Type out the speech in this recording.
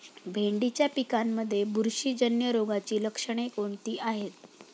भेंडीच्या पिकांमध्ये बुरशीजन्य रोगाची लक्षणे कोणती आहेत?